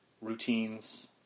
routines